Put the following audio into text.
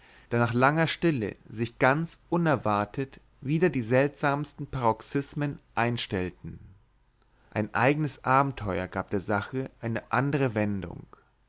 da nach langer stille sich ganz unerwartet wieder die seltsamsten paroxismen einstellten ein eignes abenteuer gab der sache eine andere wendung